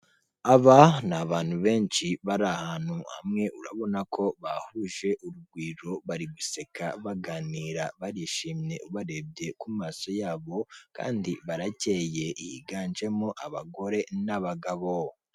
Abanyamagare bari mu isiganwa, bari mu muhanda wa kaburimbo wo mu karere k'i Muhanga, ukikijwe n'ibiti ndetse n'abantu bashungereye bari kureba amarushanwa.